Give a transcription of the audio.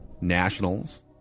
Nationals